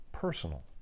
personal